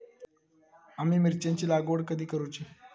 आम्ही मिरचेंची लागवड कधी करूची?